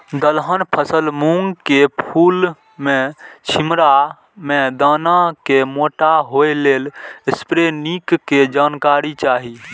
दलहन फसल मूँग के फुल में छिमरा में दाना के मोटा होय लेल स्प्रै निक के जानकारी चाही?